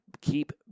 keep